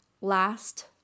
last